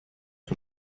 que